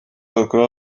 twakora